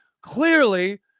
clearly